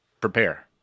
prepare